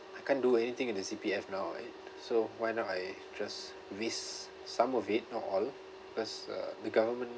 I can't do anything in the C_P_F now right so why not I just risk some of it not all because uh the government